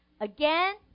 Again